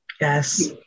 Yes